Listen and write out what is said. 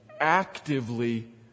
actively